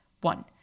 One